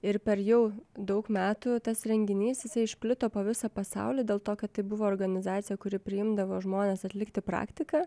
ir per jau daug metų tas renginys jisai išplito po visą pasaulį dėl to kad tai buvo organizacija kuri priimdavo žmones atlikti praktiką